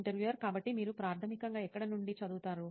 interviewer కాబట్టి మీరు ప్రాథమికంగా ఎక్కడ నుండి చదువుతారు